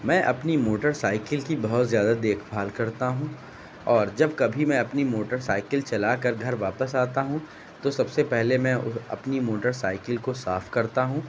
میں اپنی motorcycle کی بہت زیادہ دیکھ بھال کرتا ہوں اور جب کبھی میں اپنی موٹر سائیکل چلا کر گھر واپس آتا ہوں تو سب سے پہلے میں اپنی موٹر سائیکل کو صاف کرتا ہوں